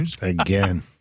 Again